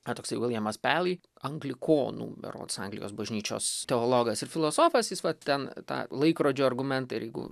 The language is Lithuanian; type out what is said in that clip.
na toksai viljamas pelei anglikonų berods anglijos bažnyčios teologas ir filosofas jis va ten tą laikrodžio argumentą ir jeigu